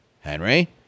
Henry